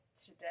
today